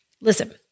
listen